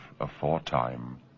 aforetime